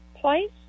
place